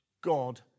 God